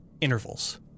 intervals